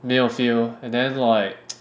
没有 feel and then like